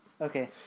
Okay